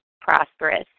prosperous